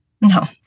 No